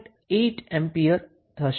8 ampere થશે